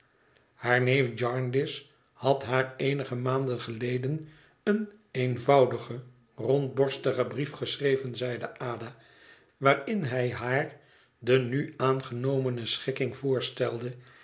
haar neef jarndyce had haar eenige maanden geleden een eenvoudigen rondborstigen brief geschreven zeide ada waarin hij haar de nu aangenomene schikking voorstelde